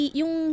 yung